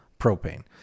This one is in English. propane